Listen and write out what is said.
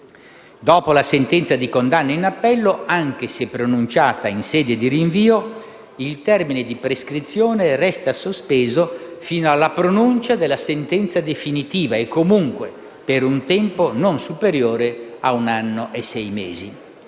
Dopo la sentenza di condanna in appello, anche se pronunciata in sede di rinvio, il termine di prescrizione resta sospeso fino alla pronuncia della sentenza definitiva e comunque per un tempo non superiore a un anno e sei mesi.